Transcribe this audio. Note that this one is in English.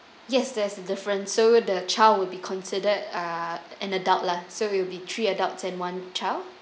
yes there's a different so the child will be considered uh an adult lah so it will be three adults and one child